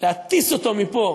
להטיס אותו מפה